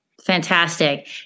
fantastic